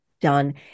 done